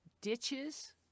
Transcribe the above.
ditches